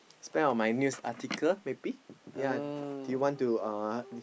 spend on my news article maybe yea do you want to uh